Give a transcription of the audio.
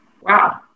Wow